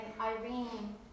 Irene